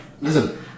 Listen